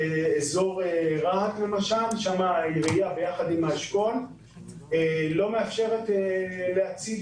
באזור רהט העירייה ביחד עם האשכול לא מאפשרת להציב